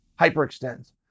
hyperextends